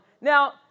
Now